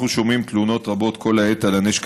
אנחנו שומעים תלונות רבות כל העת על הנשק